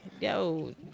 Yo